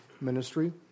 ministry